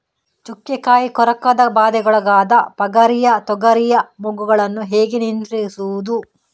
ಚುಕ್ಕೆ ಕಾಯಿ ಕೊರಕದ ಬಾಧೆಗೊಳಗಾದ ಪಗರಿಯ ತೊಗರಿಯ ಮೊಗ್ಗುಗಳನ್ನು ಹೇಗೆ ನಿಯಂತ್ರಿಸುವುದು?